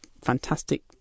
fantastic